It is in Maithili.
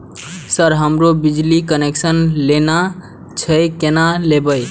सर हमरो बिजली कनेक्सन लेना छे केना लेबे?